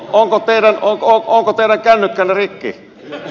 onko teidän kännykkänne rikki